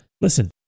listen